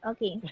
Okay